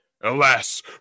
Alas